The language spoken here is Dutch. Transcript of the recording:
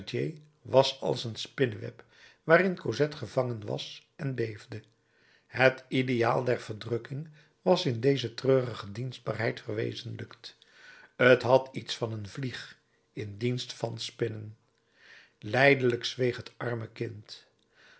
was als een spinneweb waarin cosette gevangen was en beefde het ideaal der verdrukking was in deze treurige dienstbaarheid verwezenlijkt t had iets van een vlieg in dienst van spinnen lijdelijk zweeg het arme kind